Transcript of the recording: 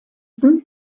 friesen